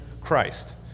Christ